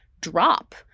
drop